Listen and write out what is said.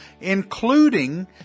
including